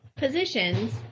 positions